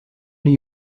new